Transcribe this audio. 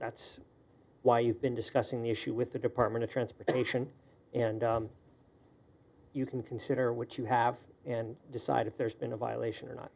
that's why you've been discussing the issue with the department of transportation and you can consider what you have and decide if there's been a violation or not